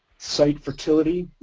site fertility.